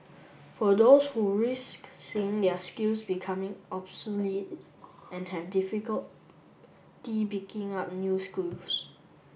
for those who risk seeing their skills becoming obsolete and have difficulty picking up new schools